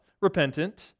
repentant